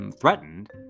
threatened